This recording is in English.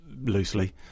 loosely